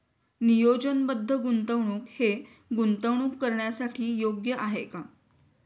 नियोजनबद्ध गुंतवणूक हे गुंतवणूक करण्यासाठी योग्य आहे का?